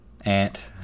Ant